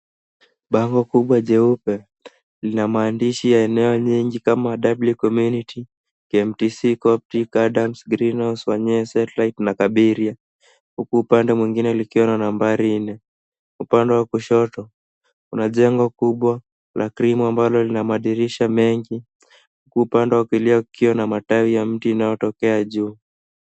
Bango kubwa jeupe lina maandishi ya eneo nyingi kama W,COMMUNITY, KMTC,COPTIC ,ADAMS, GREENHOUSE, WANYEE, SATELLITE na KABERIA huku upande mwingine likiwa na nambari 4.Upande wa kushoto kuna jengo kubwa la cream ambalo lina madirisha mengi huku upande wa kulia ukiwa na matawi ya mti inayotokea juu.